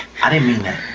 i didn't mean that.